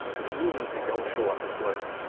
which means they don't show up as blurry.